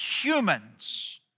humans